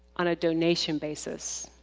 on a donation basis.